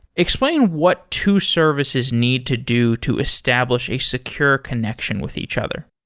explain what two services need to do to establish a secure connection with each other.